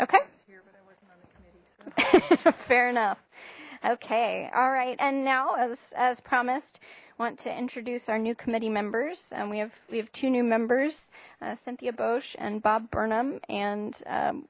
okay fair enough okay all right and now as promised i want to introduce our new committee members and we have we have two new members cynthia bush and bob burnham and